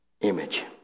image